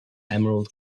emerald